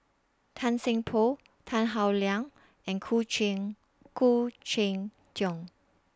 Tan Seng Poh Tan Howe Liang and Khoo Cheng Khoo Cheng Tiong